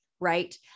Right